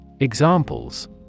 EXAMPLES